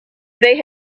they